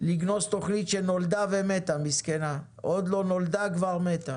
לגנוז תוכנית שנולדה ומתה עוד לא נולדה, כבר מתה